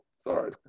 Sorry